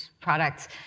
products